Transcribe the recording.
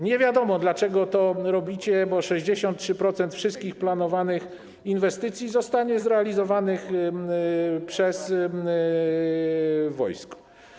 Nie wiadomo, dlaczego to robicie, bo 63% wszystkich planowanych inwestycji zostanie zrealizowanych przez wojsko.